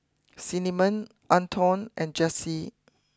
Cinnamon Anton and Jessi